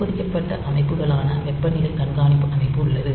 உட்பொதிக்கப்பட்ட அமைப்புகளான வெப்பநிலை கண்காணிப்பு அமைப்பு உள்ளது